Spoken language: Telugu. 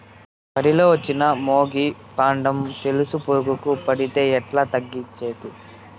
వరి లో వచ్చిన మొగి, కాండం తెలుసు పురుగుకు పడితే ఎట్లా తగ్గించేకి?